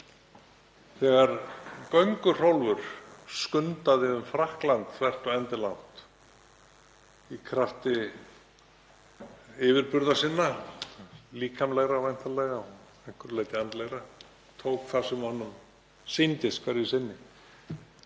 Þegar Göngu-Hrólfur skundaði um Frakkland þvert og endilangt í krafti yfirburða sinna, líkamlegra væntanlega og að einhverju leyti andlegra, tók það sem honum sýndist hverju sinni,